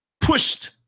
pushed